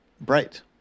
bright